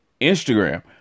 Instagram